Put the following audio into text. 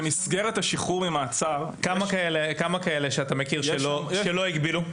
במסגרת השחרור ממעצר --- כמה כאלה אתה מכיר שלא הגבילו?